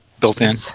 built-in